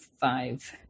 five